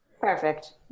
Perfect